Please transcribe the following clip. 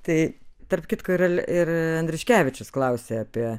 tai tarp kitko ir al andriuškevičius klausė apie